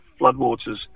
floodwaters